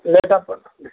லேட்டாக